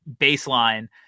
Baseline